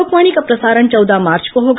लोकवाणी का प्रसारण चौदह मार्च को होगा